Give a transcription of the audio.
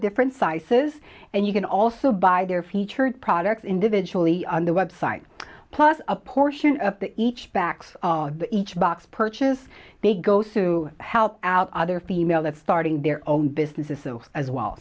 different sizes and you can also buy their featured products individually on the website plus a portion of the each backs each box purchase they go to help out other females are starting their own businesses so as well